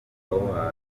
ihohoterwa